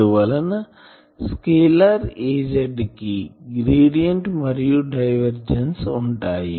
అందువలన స్కేలార్Az కి గ్రేడియంట్ మరియు డైవర్జన్స్ ఉంటాయి